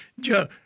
Joe